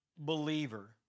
believer